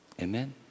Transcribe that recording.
amen